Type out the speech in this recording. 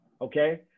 Okay